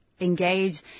engage